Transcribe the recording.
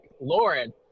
Lauren